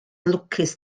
lwcus